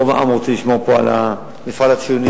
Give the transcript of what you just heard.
רוב העם רוצה לשמור פה על המפעל הציוני